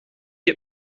heb